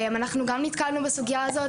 אנחנו גם נתקלנו בסוגיה הזו.